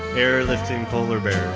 airlifting polar bears.